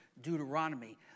Deuteronomy